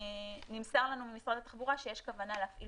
נמסר לנו ממשרד התחבורה שיש כוונה להפעיל